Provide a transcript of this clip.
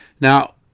Now